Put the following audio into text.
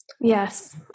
Yes